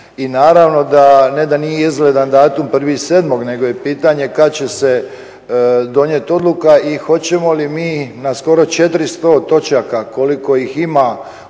I naravno da ne da nije izgledan datum 1.7. nego je pitanje kada će se donijeti odluka i hoćemo li mi na skoro 400 točaka koliko ih ima